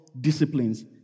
disciplines